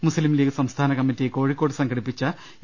മുസ്ലിം ലീഗ് സംസ്ഥാന committee Kozhikode സംഘടിപ്പിച്ച E